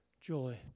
joy